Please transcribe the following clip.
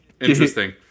Interesting